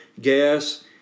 gas